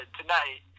tonight